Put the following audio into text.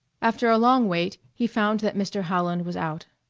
after a long wait he found that mr. howland was out.